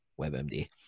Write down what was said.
WebMD